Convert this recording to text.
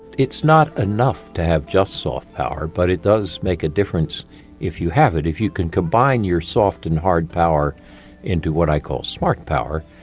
it's not enough to have just soft power, but it does make a difference if you have it, if you can combine your soft and hard power into what i call smart power,